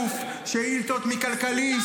אתה עונה עליהן?